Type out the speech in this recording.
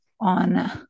on